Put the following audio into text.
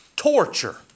torture